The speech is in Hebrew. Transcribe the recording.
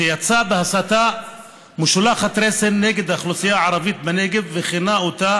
יצא בהסתה משולחת רסן נגד האוכלוסייה הערבית בנגב וכינה אותה